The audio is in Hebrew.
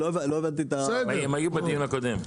הם לא היו גם בדיון הקודם.